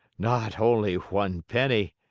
not only one penny,